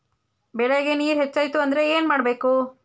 ಬೆಳೇಗ್ ನೇರ ಹೆಚ್ಚಾಯ್ತು ಅಂದ್ರೆ ಏನು ಮಾಡಬೇಕು?